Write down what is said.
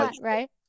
right